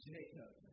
Jacob